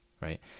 right